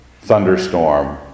thunderstorm